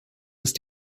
ist